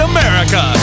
America